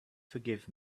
forgive